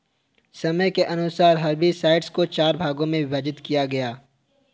समय के अनुसार हर्बिसाइड्स को चार भागों मे विभाजित किया है